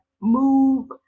move